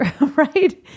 Right